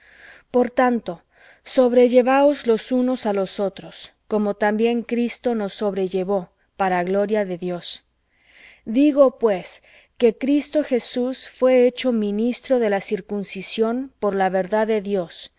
por tanto sobrellevaos los unos á los otros como también cristo nos sobrellevó para gloria de dios digo pues que cristo jesús fué hecho ministro de la circuncisión por la verdad de dios